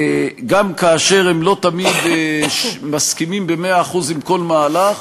גם כאשר הם לא תמיד מסכימים במאה אחוז עם כל מהלך,